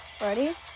Ready